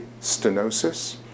stenosis